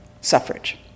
suffrage